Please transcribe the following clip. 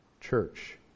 church